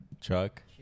Chuck